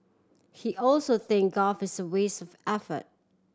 he also think golf is a waste of effort